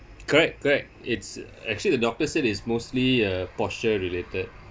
correct correct it's uh actually the doctor said is mostly uh posture related